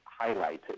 highlighted